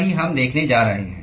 वही हम देखने जा रहे हैं